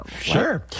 sure